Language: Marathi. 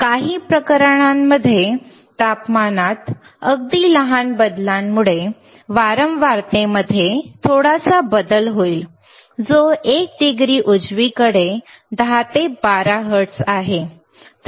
तर काही प्रकरणांमध्ये तापमानात अगदी लहान बदलामुळे वारंवारतेमध्ये थोडासा बदल होईल जो 1 डिग्री उजवीकडे 10 ते 12 हर्ट्झ आहे